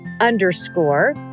underscore